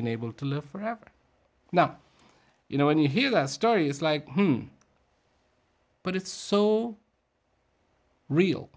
been able to live forever now you know when you hear that story it's like but it's so real